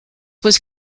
was